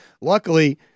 luckily